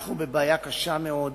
אנחנו בבעיה קשה מאוד,